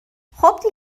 خوب